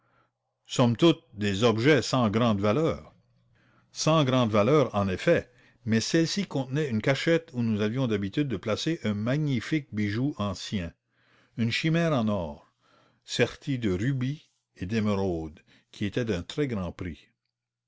somme toute des objets sans grande valeur sans grande valeur en effet mais celle arsène lupin annonce que sholmès va lutter contre lui ci contenait une cachette où nous avions l'habitude de placer un magnifique bijou ancien une chimère en or sertie de rubis et d'émeraudes qui était d'un très grand prix